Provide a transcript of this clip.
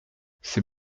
c’est